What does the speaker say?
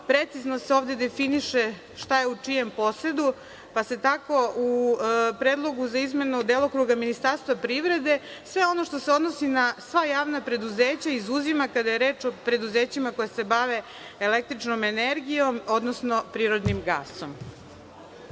precizno se ovde definiše šta je u čijem posedu, pa se tako u predlogu za izmenu delokruga Ministarstva privrede sve ono što se odnosi na sva javna preduzeća izuzima, kada je reč o preduzećima koja se bave električnom energijom, odnosno prirodnim